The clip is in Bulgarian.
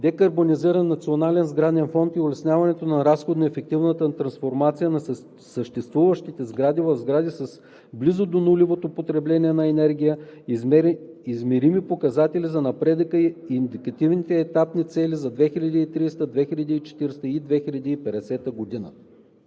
декарбонизиран национален сграден фонд и улесняване на разходно-ефективната трансформация на съществуващи сгради в сгради с близко до нулево потребление на енергия, измерими показатели за напредъка и индикативни етапни цели за 2030 г., 2040 г. и 2050 г.“